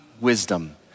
wisdom